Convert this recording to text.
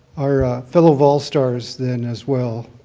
our fellow vol stars, then, as well.